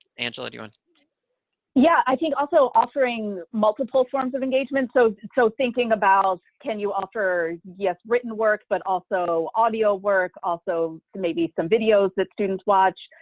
angela, do you want? angela yeah, i think also offering multiple forms of engagement so so thinking about, can you offer, yes, written works, but also audio work, also maybe some videos that students watch,